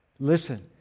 listen